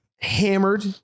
Hammered